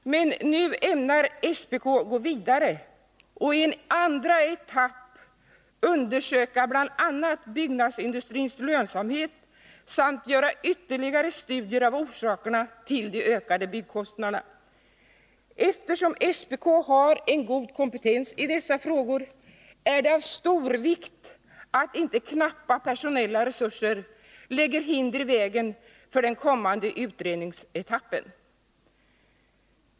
Men nu ämnar SPK gå vidare och i en andra etapp undersöka bl.a. byggnadsindustrins lönsamhet samt göra ytterligare studier av orsakerna till de ökade byggkostnaderna. Eftersom SPK har en god kompetens i dessa frågor, är det av stor vikt att inte knappa personella resurser lägger hinder i vägen för den kommande utredningsetappen.